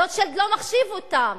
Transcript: ברוטשילד לא מחשיבים אותם.